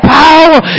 power